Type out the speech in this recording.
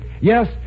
Yes